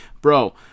bro